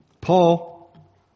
Paul